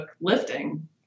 lifting